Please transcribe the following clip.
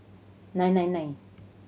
nine nine nine